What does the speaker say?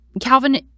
calvin